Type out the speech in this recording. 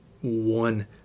one